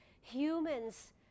Humans